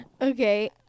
Okay